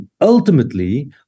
ultimately